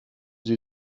sie